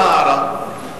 מה ההערה?